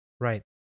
Right